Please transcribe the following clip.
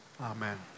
Amen